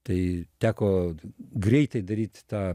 tai teko greitai daryt tą